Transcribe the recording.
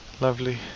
Lovely